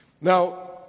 Now